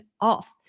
off